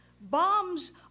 bombs